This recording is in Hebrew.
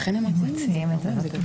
אני חושב